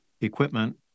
equipment